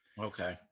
Okay